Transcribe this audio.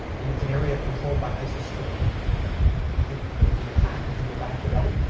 and it's an area controlled by isis today. all right, there was an attack. if you go back to that.